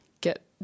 get